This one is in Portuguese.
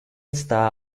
está